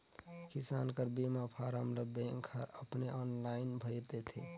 किसान कर बीमा फारम ल बेंक हर अपने आनलाईन भइर देथे